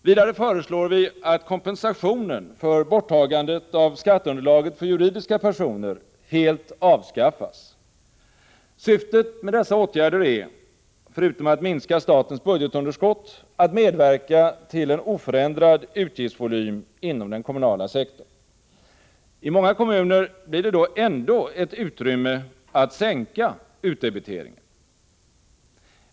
Vidare föreslår vi att kompensationen för borttagandet av skatteunderlaget för juridiska personer helt avskaffas. Syftet med dessa åtgärder är — förutom att minska statens budgetunderskott — att medverka till en oförändrad utgiftsvolym inom den kommunala sektorn. I många kommuner blir det då ändå ett utrymme att sänka utdebiteringen.